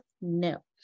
no